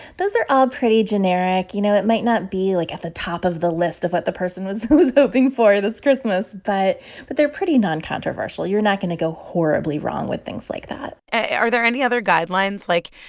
those are all pretty generic. you know, it might not be, like, at the top of the list of what the person was was hoping for this christmas. but but they're pretty noncontroversial. you're not going to go horribly wrong with things like that are there any other guidelines like,